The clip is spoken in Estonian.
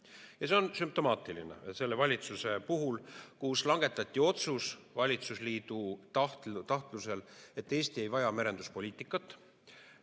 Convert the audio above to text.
See on sümptomaatiline selle valitsuse puhul, kus langetati otsus valitsusliidu tahtlusel, et Eesti ei vaja merenduspoliitikat.